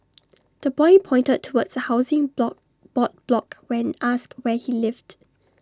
the boy pointed towards A housing block board block when asked where he lived